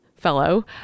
Fellow